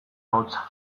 hotza